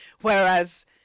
whereas